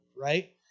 Right